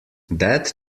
that